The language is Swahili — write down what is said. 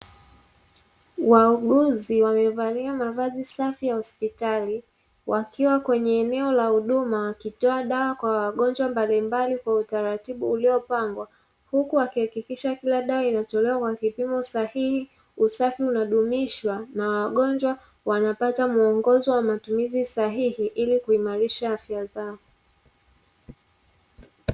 Wauguzi wamevalia mavazi safi ya hospitali, wakiwa kwenye eneo la huduma wakitoa dawa kwa wagonjwa mbalimbali kwa utaratibu uliopangwa, huku wakihakikisha kila dawa inatolewa kwa kipimo sahihi, usafi unadumishwa na wagonjwa wanapata muongozo wa matumizi sahihi ili kuimarisha afya zao.